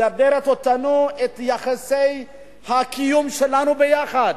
מדרדרת את יחסי הקיום שלנו ביחד.